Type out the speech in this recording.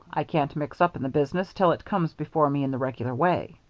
i can't mix up in the business till it comes before me in the regular way.